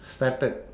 started